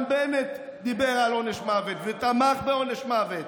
גם בנט דיבר על עונש מוות ותמך בעונש מוות.